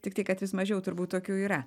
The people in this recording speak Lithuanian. tiktai kad vis mažiau turbūt tokių yra